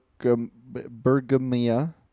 bergamia